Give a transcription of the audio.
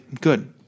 good